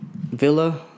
Villa